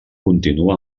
continua